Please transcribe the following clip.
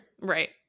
Right